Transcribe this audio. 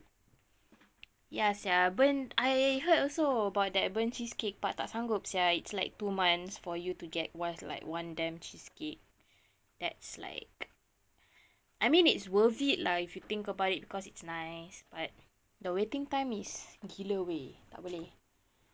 ya sia burnt I heard also about that burnt cheesecake sia it's like two months for you to get what's like one damn cheesecake that's like I mean it's worth it lah if you think about it because it's nice but the waiting time is gila wei tak boleh